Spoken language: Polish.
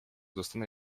dostanę